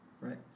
right